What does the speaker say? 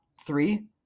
three